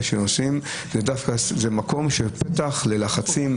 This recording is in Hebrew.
שנעשים הם דווקא מקום של פתח ללחצים,